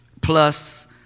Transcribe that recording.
plus